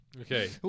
Okay